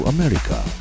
America